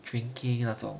drinking 那种